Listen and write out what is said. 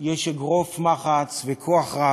יש אגרוף מחץ וכוח רב,